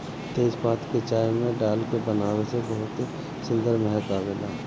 तेजपात के चाय में डाल के बनावे से बहुते सुंदर महक आवेला